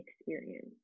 experience